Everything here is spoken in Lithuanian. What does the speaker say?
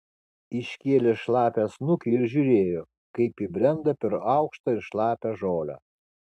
iškėlė šlapią snukį ir žiūrėjo kaip ji brenda per aukštą ir šlapią žolę